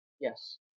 Yes